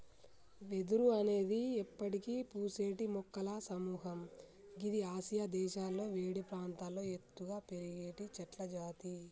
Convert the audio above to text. వెదురు అనేది ఎప్పటికి పూసేటి మొక్కల సముహము గిది ఆసియా దేశాలలో వేడి ప్రాంతాల్లో ఎత్తుగా పెరిగేటి చెట్లజాతి